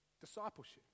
Discipleship